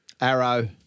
Arrow